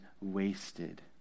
wasted